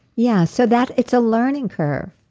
yeah, so that. it's a learning curve.